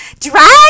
Drag